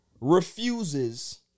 refuses